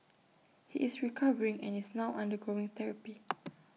he is recovering and is now undergoing therapy